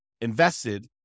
invested